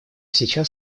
сейчас